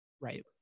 Right